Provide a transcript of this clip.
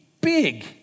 big